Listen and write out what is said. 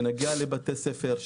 נגיע לבתי ספר,